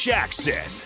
Jackson